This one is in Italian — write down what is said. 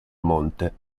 monte